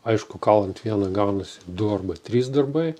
aišku kalant vieną gaunasi du arba trys darbai